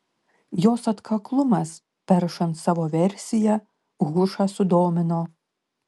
jos atkaklumas peršant savo versiją hušą sudomino